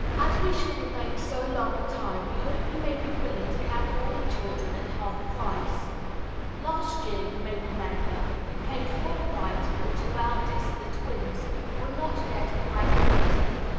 as we shall remain so long a time, we hope you may be willing to count all the children at half-price. last year, you may remember, we paid full price for the two eldest, the twins, who are not yet quite fourteen.